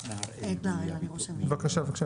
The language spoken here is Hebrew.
בבקשה,